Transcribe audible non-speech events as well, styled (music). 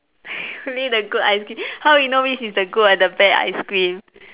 (laughs) only the good ice cream how you know which is the good or the bad ice cream